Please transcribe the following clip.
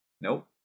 Nope